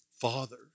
father